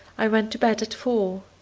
i went to bed at four.